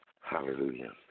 Hallelujah